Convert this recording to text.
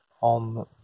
on